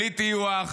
בלי טיוח,